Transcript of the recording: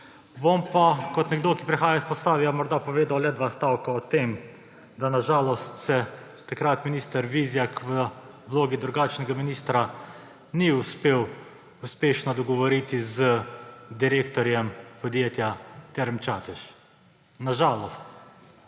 Bom pa kot nekdo, ki prihaja iz Posavja, morda povedal le dva stavka o tem, da na žalost se takrat minister Vizjak v vlogi drugačnega ministra ni uspel uspešno dogovoriti z direktorjem podjetja Term Čatež. Na žalost.